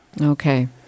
Okay